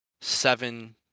seven